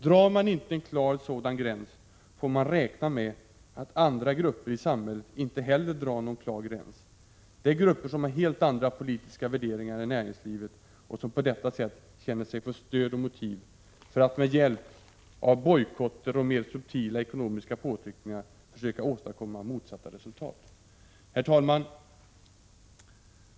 Drar man inte en klar sådan gräns får man räkna med att andra grupper i samhället inte heller drar någon klar gräns. Det är grupper som har helt andra politiska värderingar än näringslivet och som på detta sätt känner sig få stöd och motiv för att med hjälp av bojkotter och mer subtila ekonomiska påtryckningar försöka åstadkomma motsatta resultat.” Herr talman!